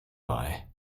bei